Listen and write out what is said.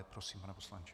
Prosím, pane poslanče.